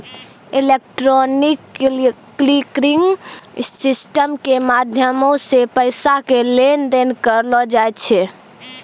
electronic clearing system के माध्यमो से पैसा के लेन देन करलो जाय छै